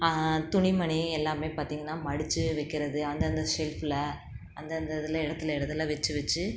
துணிமணி எல்லாமே பார்த்திங்கனா மடித்து வைக்கறது அந்தந்த ஷெல்ஃப்பில் அந்தந்த இதில் இடத்துல இடத்துல வச்சு வச்சு